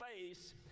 face